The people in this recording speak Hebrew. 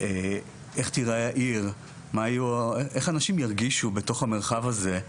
איך תראה העיר, איך אנשים ירגישו בתוך המרחב הזה.